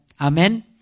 Amen